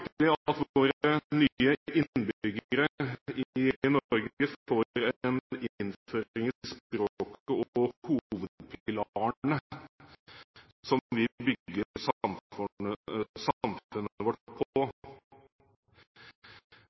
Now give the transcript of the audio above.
Det er svært nyttig at våre nye innbyggere i Norge får en innføring i språket og hovedpilarene som vi bygger samfunnet vårt på.